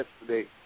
yesterday